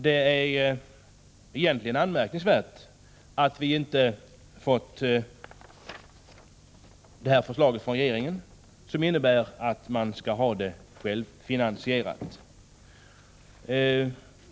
Det är egentligen anmärkningsvärt att vi inte fått förslag från regeringen om en självfinansiering.